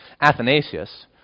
Athanasius